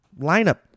lineup